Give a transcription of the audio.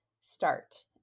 start